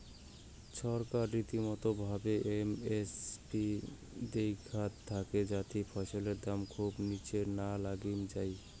ছরকার রীতিমতো ভাবে এম এস পি দেইখতে থাকে যাতি ফছলের দাম খুব নিচে না নামি যাই